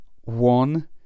one